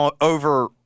over